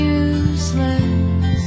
useless